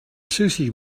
sushi